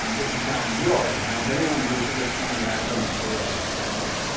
um it's a challenge, you all like a challenge, anyone who is at this point in your academic career likes a challenge.